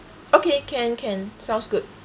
okay can can sounds good